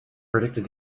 predicted